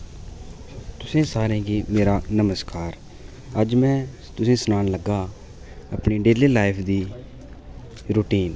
तुसें सारें गी मेरा नमस्कार अज्ज में तुसें ई सनान लग्गा आं अपनी डेली लाइफ दी रुटीन